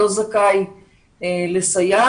לא זכאי לסייעת.